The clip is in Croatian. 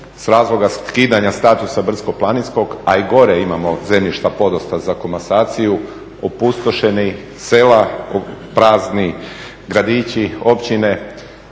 s razloga skidanja statusa brdsko-planinskog, a i gore imamo zemljišta podosta za komasaciju, opustošenih sela, prazni gradići, općine,